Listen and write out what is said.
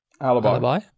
alibi